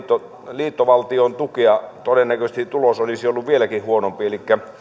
liittovaltion tukea todennäköisesti tulos olisi ollut vieläkin huonompi elikkä